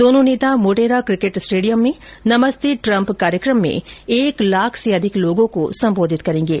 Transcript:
दोनो नेता Motera cricket stadium में नमस्ते ट्रम्प कार्यक्रम में एक लाख से अधिक लोगों को संबोधित करेंगे